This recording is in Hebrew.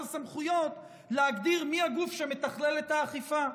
הסמכויות להגדיר מי הגוף שמתכלל את האכיפה.